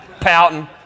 pouting